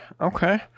okay